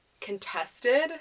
contested